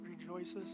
rejoices